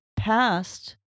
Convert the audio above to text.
Past